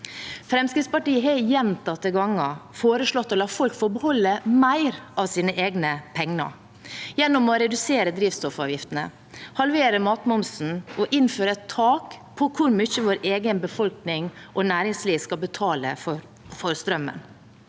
Fremskrittspartiet har gjentatte ganger foreslått å la folk få beholde mer av sine egne penger gjennom å redusere drivstoffavgiftene, halvere matmomsen og innføre et tak på hvor mye vår egen befolkning og næringsliv skal betale for strømmen.